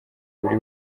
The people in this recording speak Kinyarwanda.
buri